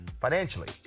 Financially